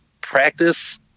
practice